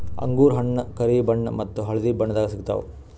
ಅಂಗೂರ್ ಹಣ್ಣ್ ಕರಿ ಬಣ್ಣ ಮತ್ತ್ ಹಳ್ದಿ ಬಣ್ಣದಾಗ್ ಸಿಗ್ತವ್